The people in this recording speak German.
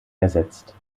ersetzt